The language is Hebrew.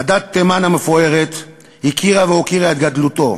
עדת תימן המפוארת הכירה והוקירה את גדלותו.